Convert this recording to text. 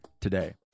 today